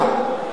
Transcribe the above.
היה.